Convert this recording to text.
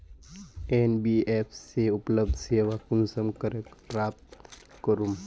NBFC उपलब्ध सेवा कुंसम करे प्राप्त करूम?